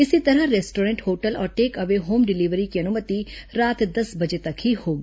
इसी तरह restaurant hotel और टेक अवे होम डिलीवरी की अनुमति रात दस बजे तक ही होगी